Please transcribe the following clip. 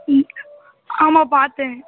ம் ஆமாம் பார்த்தேன்